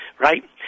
Right